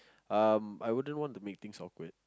um I wouldn't want to make things awkward